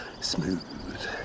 Smooth